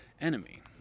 Enemy